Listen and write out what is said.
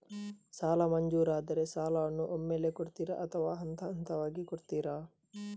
ಸಾಲ ಮಂಜೂರಾದರೆ ಸಾಲವನ್ನು ಒಮ್ಮೆಲೇ ಕೊಡುತ್ತೀರಾ ಅಥವಾ ಹಂತಹಂತವಾಗಿ ಕೊಡುತ್ತೀರಾ?